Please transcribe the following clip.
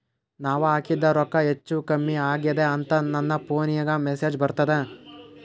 ನಾವ ಹಾಕಿದ ರೊಕ್ಕ ಹೆಚ್ಚು, ಕಮ್ಮಿ ಆಗೆದ ಅಂತ ನನ ಫೋನಿಗ ಮೆಸೇಜ್ ಬರ್ತದ?